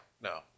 no